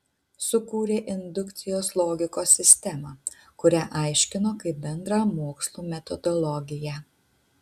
sukūrė indukcijos logikos sistemą kurią aiškino kaip bendrą mokslų metodologiją